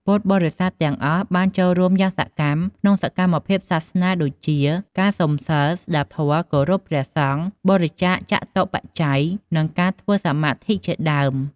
ពុទ្ធបរិស័ទទាំងអស់បានចូលរួមយ៉ាងសកម្មក្នុងសកម្មភាពសាសនានានា ដូចជា ការសុំសីល ស្តាប់ធម៌ គោរពព្រះសង្ឃ បរិច្ចាគចតុបច្ច័យ និងការធ្វើសមាធិជាដើម។